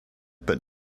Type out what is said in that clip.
but